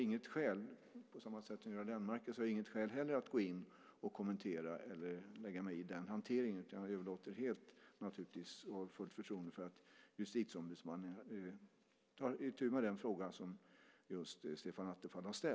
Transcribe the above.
På samma sätt som Göran Lennmarker har jag inget skäl att kommentera eller lägga mig i den hanteringen. Jag överlåter det helt åt Justitieombudsmannen och har fullt förtroende för att Justitieombudsmannen tar itu med den fråga som Stefan Attefall tar upp.